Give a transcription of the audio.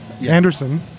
Anderson